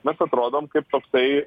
mes atrodom kaip toksai